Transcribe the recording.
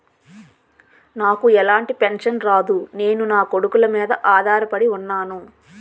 నాకు ఎలాంటి పెన్షన్ రాదు నేను నాకొడుకుల మీద ఆధార్ పడి ఉన్నాను